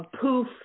Poof